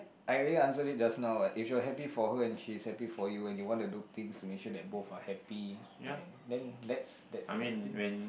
I already answer it just now what if you're happy for her and she is happy for you and you want to do things to make sure that both are happy and then that's that's the thing